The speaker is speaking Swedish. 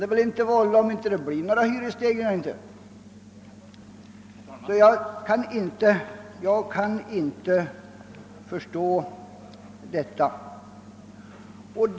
Det kan väl inte bli något missnöje, om vi inte får några hyresstegringar! Jag kan inte förstå det resonemanget.